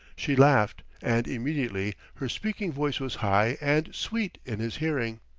she laughed, and immediately her speaking voice was high and sweet in his hearing.